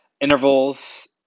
intervals